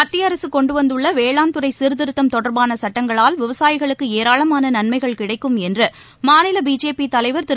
மத்திய அரசு கொண்டு வந்துள்ள வேளாண் துறை சீர்திருத்தம் தொடர்பான சுட்டங்களால் விவசாயிகளுக்கு ஏராளமான நன்ஸ்கள் கிடைக்கும் என்று மாநில பிஜேபி தலைவர் திரு